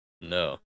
No